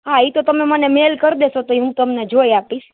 હા એ તો તમે મને મેલ કરી દેશો તો એ હું તમને જોઈ આપીશ